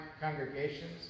congregations